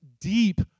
deep